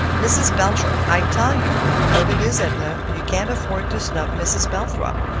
mrs. belthrop i tell you what it is, edna you can't afford to snub mrs. belthrop.